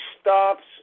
stops